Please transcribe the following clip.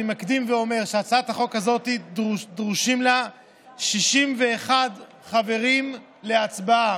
אני מקדים ואומר שלהצעת החוק הזאת דרושים 61 חברים להצבעה.